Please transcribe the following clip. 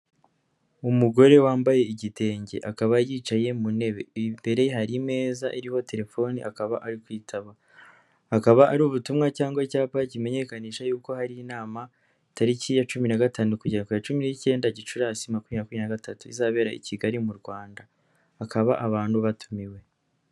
Umugore wambaye igitenge akaba yicaye mu ntebe, imbere hari imeza iriho telefoni akaba ari kuyitaba, akaba ari ubutumwa cyangwa icyapa kimenyekanisha yuko hari inama tariki ya cumi na gatanu kugera ku ya cumi n'icyenda Gicurasi makumyabiri makumyabiri na gatatu, izabera i Kigali mu Rwanda, akaba abantu batumiwe.